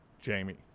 jamie